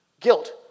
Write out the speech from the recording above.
Guilt